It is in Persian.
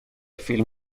فیلم